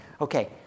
Okay